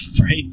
right